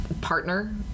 partner